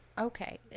okay